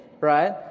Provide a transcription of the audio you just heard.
right